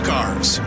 Cars